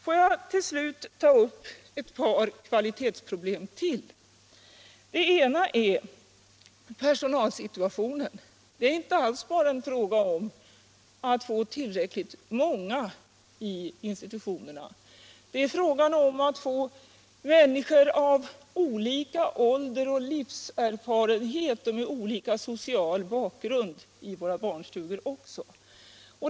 Låt mig till slut ta upp ett par kvalitetsproblem till. Det ena är personalsituationen. Det är inte alls bara en fråga om att få tillräckligt många anställda i institutionerna. Det är också frågan om att få människor av olika ålder, med olika livserfarenhet och med olika social bakgrund i våra barnstugor.